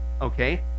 okay